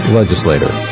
legislator